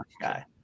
guy